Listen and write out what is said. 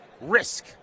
risk